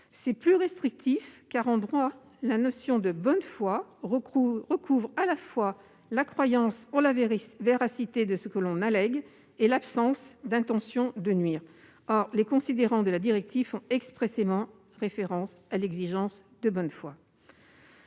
est plus restrictive, car, en droit, la notion de bonne foi recouvre à la fois la croyance en la véracité de ce que l'on allègue et l'absence d'intention de nuire. Or les considérants de la directive font expressément référence à l'exigence de bonne foi.